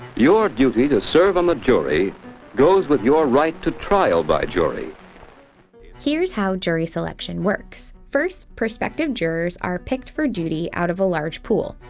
your duty to serve on the jury goes with your right to trial by jury here's how jury selection works. first, prospective jurors are picked for duty out of a large pool.